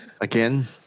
again